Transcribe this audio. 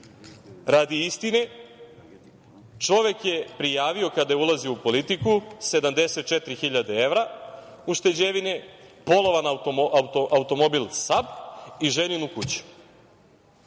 istine, čovek je prijavio, kada je ulazio u politiku, 74 hiljade evra ušteđevine, polovan automobil SAB i ženinu kuću.